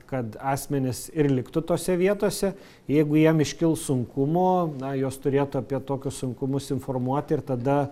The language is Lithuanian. kad asmenys ir liktų tose vietose jeigu jiem iškils sunkumų na jos turėtų apie tokius sunkumus informuoti ir tada